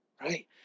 Right